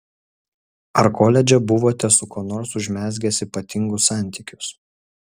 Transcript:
ar koledže buvote su kuo nors užmezgęs ypatingus santykius